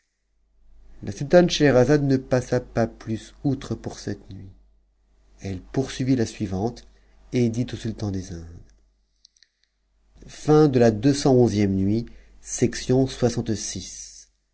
ut suitane scheherazade ne passa pas plus outre pour cette nuit eue poursuivit la suivante et dit au sultan des indes ccxh nuit